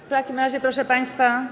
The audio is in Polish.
W takim razie, proszę państwa.